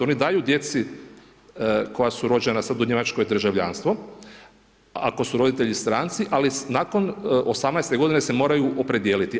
Oni daju djeci koja su rođena sada u Njemačkoj državljanstvo, ako su roditelji sastanci, ali nakon 18 g. se moraju opredijeliti.